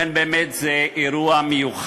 אכן, באמת זה אירוע מיוחד,